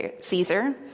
Caesar